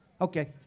Okay